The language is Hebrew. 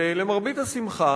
למרבה השמחה,